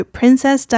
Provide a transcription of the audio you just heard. Princess